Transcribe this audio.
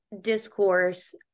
discourse